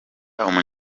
uganda